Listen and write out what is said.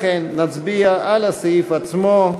לכן נצביע על הסעיף עצמו,